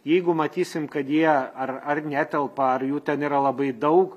jeigu matysim kad jie ar ar netelpa ar jų ten yra labai daug